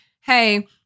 hey